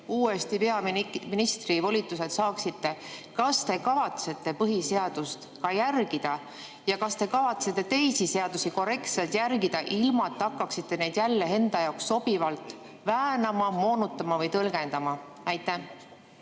uuesti peaministri volitused saate, kas te kavatsete siis põhiseadust järgida ja kas te kavatsete teisi seadusi korrektselt järgida, ilma et hakkaksite neid jälle enda jaoks sobivalt väänama, moonutama või tõlgendama? Olen